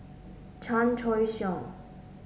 Chan Choy Siong